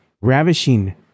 ravishing